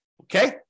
okay